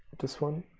this one,